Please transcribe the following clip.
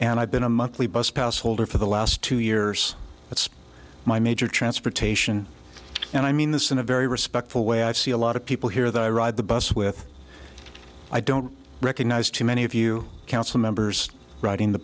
and i've been a monthly bus pass holder for the last two years it's my major transportation and i mean this in a very respectful way i see a lot of people here that i ride the bus with i don't recognize too many of you council members riding the